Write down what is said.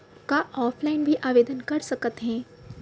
का ऑफलाइन भी आवदेन कर सकत हे?